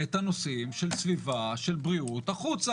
את הנושאים של סביבה, של בריאות, החוצה.